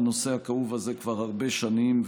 בנושא הכאוב הזה כבר הרבה שנים,